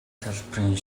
салбарын